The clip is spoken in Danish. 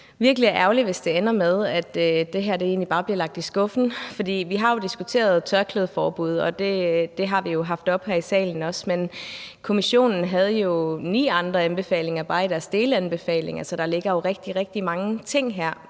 det er ærgerligt, hvis det ender med, at det her egentlig bare bliver lagt i skuffen, for vi har jo diskuteret et tørklædeforbud, og det har vi også haft oppe her i salen, men kommissionen havde ni andre anbefalinger alene i deres delanbefalinger, så der ligger jo rigtig, rigtig mange ting her